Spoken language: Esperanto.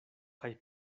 kaj